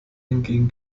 hingegen